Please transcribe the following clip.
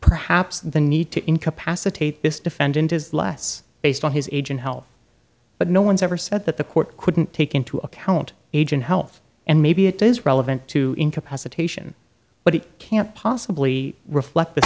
perhaps the need to incapacitate this defendant is less based on his age and health but no one's ever said that the court couldn't take into account age and health and maybe it is relevant to incapacitation but it can't possibly reflect the